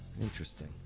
Interesting